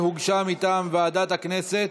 שהוגשה מטעם ועדת הכנסת.